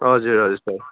हजुर हजुर सर